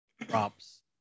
props